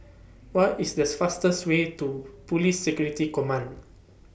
What IS The fastest Way to Police Security Command